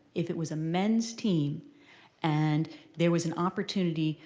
if it was a men's team and there was an opportunity,